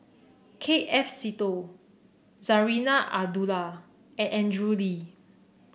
K F Seetoh Zarinah Abdullah and Andrew Lee